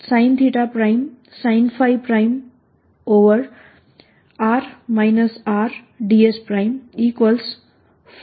હવે અંદરની તરફનું શું